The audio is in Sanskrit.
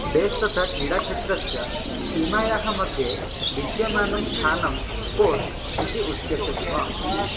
बेस् तथा क्रीडाक्षेत्रस्य सीमायाः मध्ये विद्यमानं स्थानं कोर्ट् इति उच्यते स्म